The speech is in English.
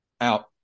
out